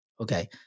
Okay